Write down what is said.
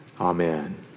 Amen